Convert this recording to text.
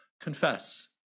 Confess